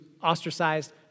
ostracized